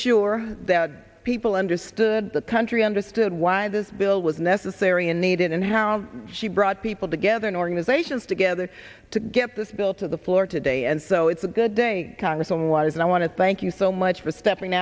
sure that people understood the country understood why this bill was necessary and needed and how she brought people together and organizations together to get this bill to the floor today and so it's a good day congress on law and i want to thank you so much for stepping